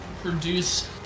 produce